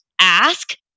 ask